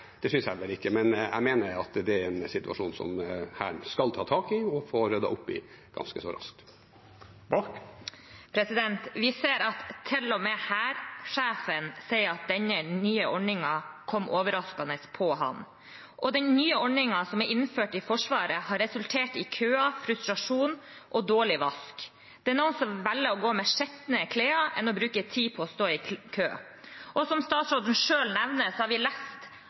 Det synes jeg vel ikke, men jeg mener det er en situasjon som Hæren skal ta tak i og få ryddet opp i ganske så raskt. Vi ser at til og med hærsjefen sier at denne nye ordningen kom overraskende på ham. Den nye ordningen som er innført i Forsvaret, har resultert i køer, frustrasjon og dårlig vask. Det er noen som heller velger å gå med skitne klær enn å bruke tid på å stå i kø. Som statsråden selv nevner, har vi lest